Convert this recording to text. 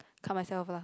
cut myself la